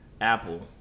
Apple